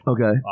Okay